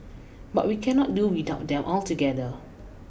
but we cannot do without them altogether